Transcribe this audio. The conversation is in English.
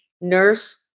nurse